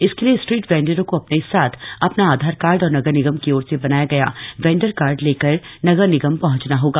इसके लिए स्ट्रीट वेंडरों को अपने साथ अपना आधार कार्ड और नगर निगम की ओर से बनाया गया वेंडर कार्ड लेकर नगर निगम पहंचना होगा